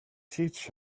teach